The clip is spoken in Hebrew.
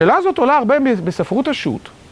‫השאלה הזו עולה הרבה ‫בספרות השות.